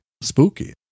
Spooky